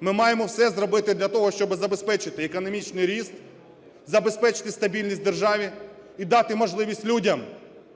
Ми маємо все зробити для того, щоб забезпечити економічний ріст, забезпечити стабільність в державі і дати можливість людям